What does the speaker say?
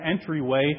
entryway